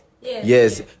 yes